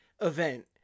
event